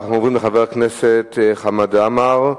אנחנו עוברים לחבר הכנסת חמד עמאר,